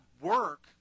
work